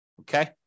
Okay